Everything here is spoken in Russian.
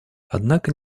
однако